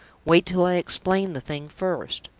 wait till i explain the thing first.